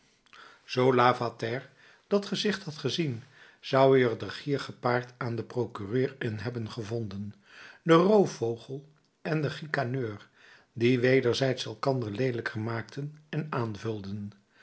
zoo lavater dat gezicht had gezien zou hij er den gier gepaard aan den procureur in hebben gevonden den roofvogel en den chicaneur die wederzijds elkander leelijker maakten en aanvulden